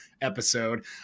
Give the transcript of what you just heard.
episode